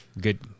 good